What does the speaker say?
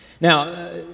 Now